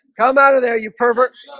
come out of there you pervert.